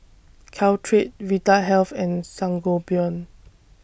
Caltrate Vitahealth and Sangobion